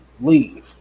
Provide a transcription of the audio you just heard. leave